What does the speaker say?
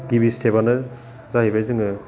गिबि स्टेपानो जाहैबाय जोङो